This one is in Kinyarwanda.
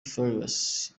farious